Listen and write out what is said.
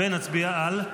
ונצביע על?